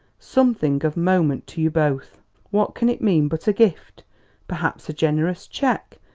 something of moment to you both what can it mean but a gift perhaps a generous cheque,